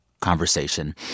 conversation